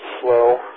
slow